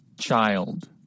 Child